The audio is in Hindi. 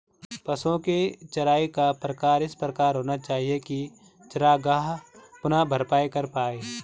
पशुओ की चराई का प्रकार इस प्रकार होना चाहिए की चरागाह पुनः भरपाई कर पाए